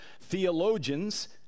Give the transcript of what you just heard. theologians